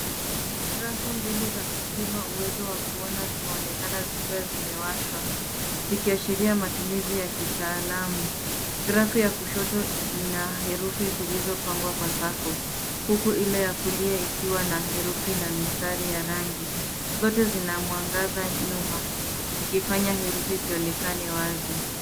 Grafu mbili za kupima uwezo wa kuona zinaonekana zikiwa zimewashwa zikiashiria matumizi ya kitaalamu. Grafu ya kushoto ina herufi zilizopangwa kwa safu huku ile ya kulia ikiwa na herufi na mistari ya rangi. Zote zina mwangaza nyuma zikifanya herufi zionekane wazi.